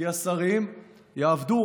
כי השרים יעבדו,